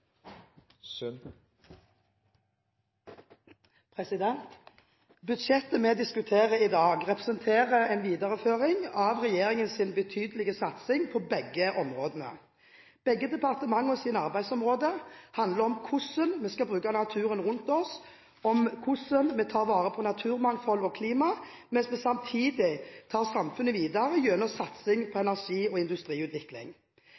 avsluttet. Budsjettet vi diskuterer i dag, representerer en videreføring av regjeringens betydelige satsing på begge områdene. Begge departementenes arbeidsområde handler om hvordan vi skal bruke naturen rundt oss, og hvordan vi tar vare på naturmangfold og klima, mens vi samtidig tar samfunnet videre gjennom satsing på